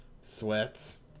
Sweats